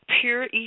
pure